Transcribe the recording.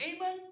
Amen